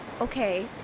Okay